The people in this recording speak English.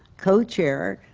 co-chair,